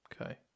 Okay